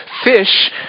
fish